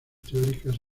teóricas